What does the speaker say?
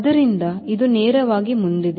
ಆದ್ದರಿಂದ ಇದು ನೇರವಾಗಿ ಮುಂದಿದೆ